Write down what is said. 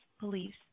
beliefs